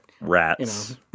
Rats